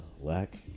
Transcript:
lack